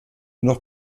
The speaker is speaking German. noch